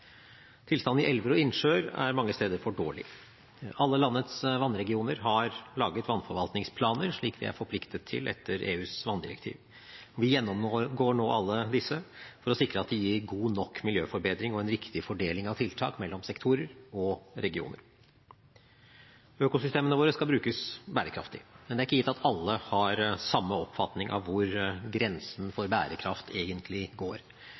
Tilstanden i elver og innsjøer er mange steder for dårlig. Alle landets vannregioner har laget vannforvaltningsplaner, slik vi er forpliktet til etter EUs vanndirektiv. Vi gjennomgår nå alle disse for å sikre at de gir god nok miljøforbedring og en riktig fordeling av tiltak mellom sektorer og regioner. Økosystemene våre skal brukes bærekraftig. Men det er ikke gitt at alle har samme oppfatning av hvor grensen for bærekraft egentlig går.